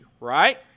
right